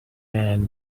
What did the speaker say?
man